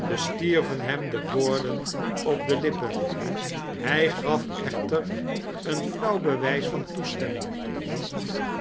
bestierven hem de woorden op de lippen hij gaf eohter een flauw bewijs van toestemming